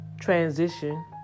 transition